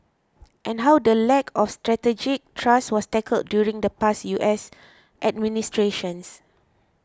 and how the lack of strategic trust was tackled during the past U S administrations